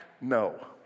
no